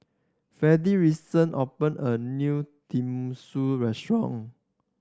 Freddy recent opened a new Tenmusu Restaurant